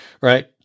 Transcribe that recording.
right